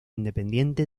independiente